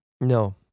No